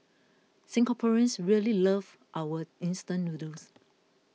Singaporeans really love our instant noodles